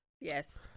Yes